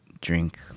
drink